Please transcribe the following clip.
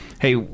Hey